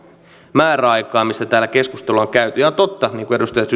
määräaikaan mistä täällä keskustelua on käyty on totta niin kuin edustaja